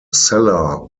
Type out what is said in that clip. cellar